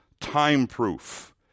time-proof